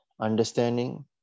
understanding